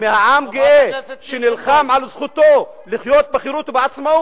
אין בעיה, לך לפרלמנט הפלסטיני.